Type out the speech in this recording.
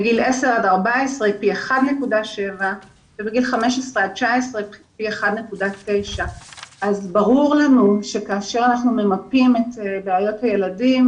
בגיל 10 עד 14 זה פי 1.7 ובגיל 15 עד 19 פי 1.9. אז ברור לנו שכאשר אנחנו ממפים את בעיות הילדים,